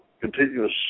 continuous